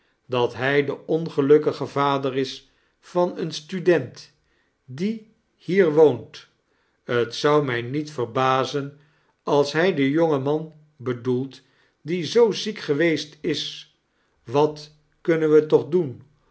dat hij de ongelukkige vader is van een student die hier woont t zou mij niet verbazen als hij den jongen man bedoelt die zoo ziek geweest is wat kunnen we toch doen